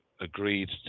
agreed